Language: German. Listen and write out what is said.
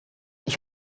ich